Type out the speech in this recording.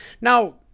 Now